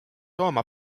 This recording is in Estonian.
tooma